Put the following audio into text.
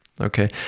okay